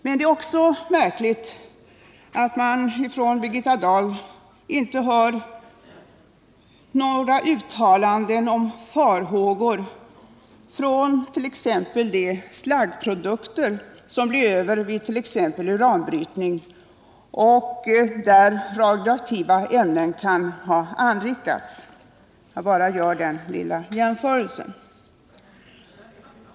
Men det är också märkligt att man från Birgitta Dahl inte hör några uttalanden om farhågor i samband med t.ex. de slaggprodukter som blir över från uranbrytning, där radioaktiva ämnen kan ha anrikats. Jag gör bara den lilla jämförelsen.